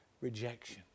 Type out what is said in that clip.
rejection